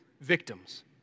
victims